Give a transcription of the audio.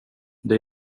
det